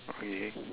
okay